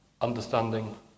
understanding